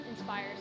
inspires